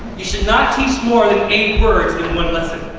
you should not teach more than eight words in one lesson.